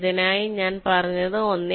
അതിനായി ഞാൻ പറഞ്ഞത് 1